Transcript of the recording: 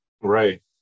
right